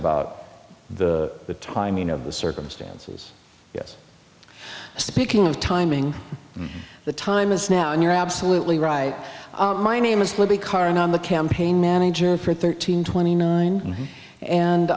about the timing of the circumstances this speaking of timing the time is now and you're absolutely right my name is libby current on the campaign manager for thirteen twenty nine and